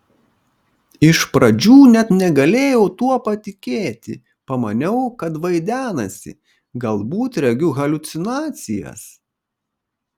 iš pradžių net negalėjau tuo patikėti pamaniau kad vaidenasi galbūt regiu haliucinacijas